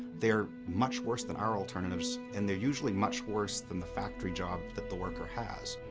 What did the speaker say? they're much worse than our alternatives, and they're usually much worse than the factory job that the worker has.